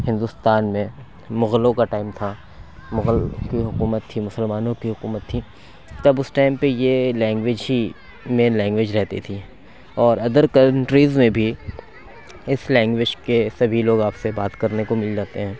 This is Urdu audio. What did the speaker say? ہندوستان میں مغلوں کا ٹائم تھا مغل کی حکومت تھی مسلمانوں کی حکومت تھی تب اُس ٹائم یہ لینگویج ہی مین لینگویج رہتی تھی اور ادر کنٹریز میں بھی اِس لینگویج کے سبھی لوگ آپ سے بات کرنے کو مل جاتے ہیں